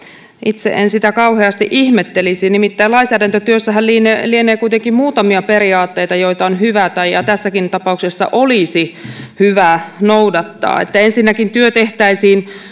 itse en sitä kauheasti ihmettelisi nimittäin lainsäädäntötyössähän lienee lienee kuitenkin muutamia periaatteita joita on hyvä ja tässäkin tapauksessa olisi hyvä noudattaa ensinnäkin että työ tehtäisiin hyvin